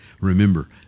Remember